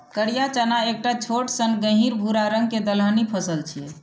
करिया चना एकटा छोट सन गहींर भूरा रंग के दलहनी फसल छियै